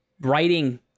writing